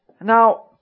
Now